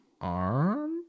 Arm